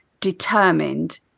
determined